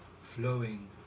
flowing